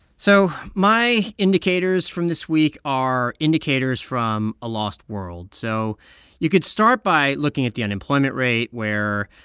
so my indicators from this week are indicators from a lost world. so you could start by looking at the unemployment rate, where,